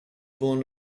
born